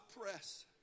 press